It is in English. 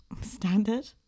Standard